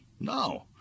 no